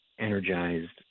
energized